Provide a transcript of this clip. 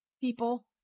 people